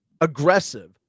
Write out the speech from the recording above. aggressive